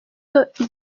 hato